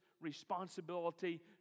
responsibility